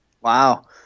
Wow